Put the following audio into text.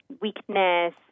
weakness